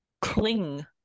cling